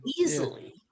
easily